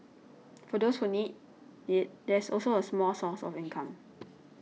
for those who need it there's also a small source of income